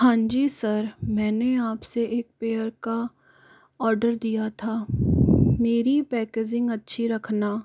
हाँ जी सर मैंने आपसे एक पेयर का ऑर्डर दिया था मेरी पैकिजींग अच्छी रखना